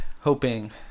hoping